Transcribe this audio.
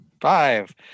Five